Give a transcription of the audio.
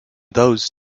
those